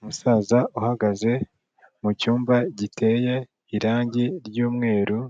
Umusaza uhagaze mu cyumba giteye irangi ry'umweru,